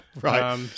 Right